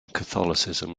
catholicism